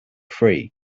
free